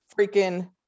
freaking